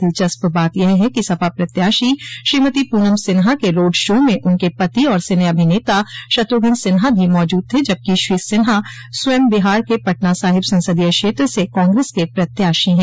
दिलचस्प बात यह है कि सपा प्रत्याशी श्रीमती पूनम सिन्हा के रोड शो में उनके पति और सिने अभिनेता शत्रुघ्न सिन्हा भी मौजूद थे जबकि श्री सिन्हा स्वयं बिहार के पटना साहिब संसदीय क्षेत्र से कांग्रेस के प्रत्याशी है